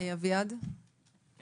אני